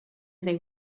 they